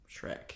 Shrek